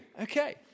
Okay